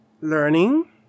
learning